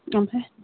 ओमफ्राय